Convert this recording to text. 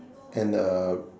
and uh